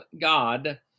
God